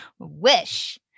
Wish